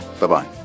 Bye-bye